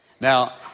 Now